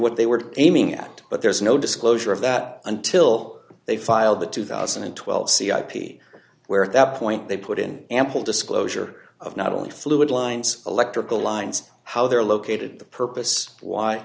what they were aiming at but there's no disclosure of that until they file the two thousand and twelve c ip where at that point they put in ample disclosure of not only fluid lines electrical lines how they're located the purpose